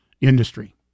industry